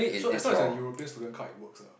so as long as a European student card it works ah